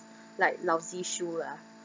like lousy shoe lah